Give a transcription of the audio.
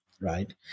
right